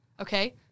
okay